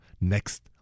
next